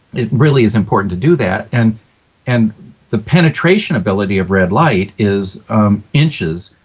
it really is important to do that. and and the penetration ability of red light is inches,